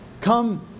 Come